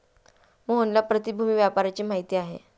मोहनला प्रतिभूति व्यापाराची माहिती आहे